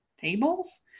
tables